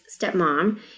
stepmom